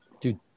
dude